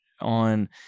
on